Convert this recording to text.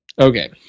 Okay